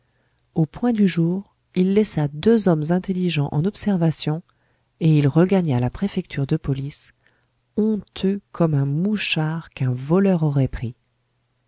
au point du jour il laissa deux hommes intelligents en observation et il regagna la préfecture de police honteux comme un mouchard qu'un voleur aurait pris